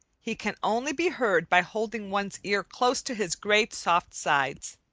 he can only be heard by holding one's ear close to his great, soft sides.